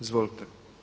Izvolite.